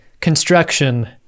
construction